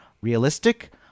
realistic